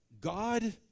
God